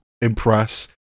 impress